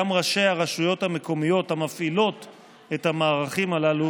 ראשי הרשויות המקומיות המפעילות את המערכים הללו